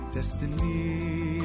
Destiny